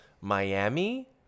Miami